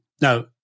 Now